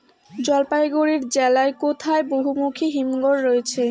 জলপাইগুড়ি জেলায় কোথায় বহুমুখী হিমঘর রয়েছে?